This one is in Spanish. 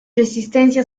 resistencia